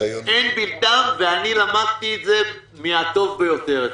אין בילתם, ואני למדתי את זה מהטוב ביותר אצלכם,